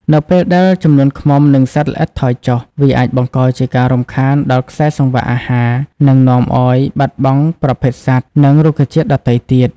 នៅពេលដែលចំនួនឃ្មុំ និងសត្វល្អិតថយចុះ វាអាចបង្កជាការរំខានដល់ខ្សែសង្វាក់អាហារ និងនាំឱ្យបាត់បង់ប្រភេទសត្វ និងរុក្ខជាតិដទៃទៀត។